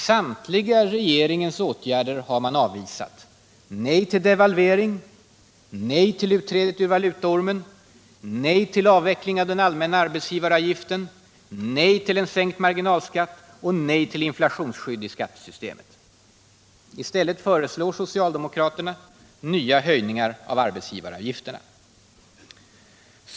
Samtliga regeringens åtgärder har man avvisat: I stället föreslår socialdemokraterna nya höjningar av arbetsgivaravgifterna.